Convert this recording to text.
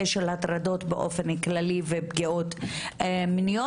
של הטרדות באופן כללי ופגיעות מיניות,